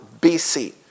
BC